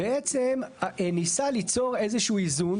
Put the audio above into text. בעצם ניסה ליצור איזה שהוא איזון,